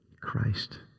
Christ